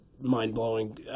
mind-blowing